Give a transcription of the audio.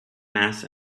mass